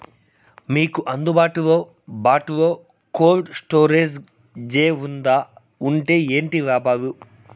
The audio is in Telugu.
మీకు అందుబాటులో బాటులో కోల్డ్ స్టోరేజ్ జే వుందా వుంటే ఏంటి లాభాలు?